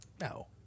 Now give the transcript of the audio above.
no